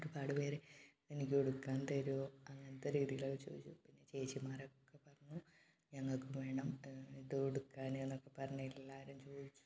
ഒരുപാട് പേര് എനിക്ക് ഉടുക്കാൻ തരുമോ അങ്ങനത്തെ രീതിയിലൊക്കെ ചോദിച്ചു പിന്നെ ചേച്ചിമാരൊക്കെ പറഞ്ഞു ഞങ്ങൾക്ക് വേണം ഇത് ഉടുക്കാൻ എന്നൊക്കെ പറഞ്ഞ് എല്ലാവരും ചോദിച്ചു